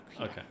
okay